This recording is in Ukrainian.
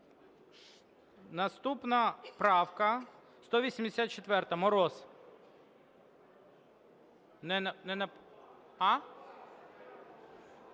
Наступна правка 184, Мороз.